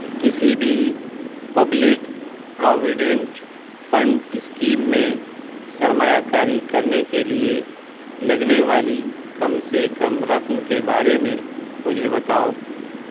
کسی بھی public provident fund scheme میں سرمایہ کاری کرنے کے لیے لگنے والی کم سے کم رقم کے بارے میں مجھے بتاؤ